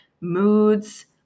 moods